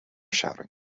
shouting